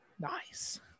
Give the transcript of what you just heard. Nice